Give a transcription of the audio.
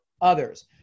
others